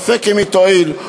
ספק אם היא תועיל,